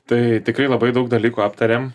tai tikrai labai daug dalykų aptarėm